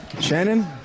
Shannon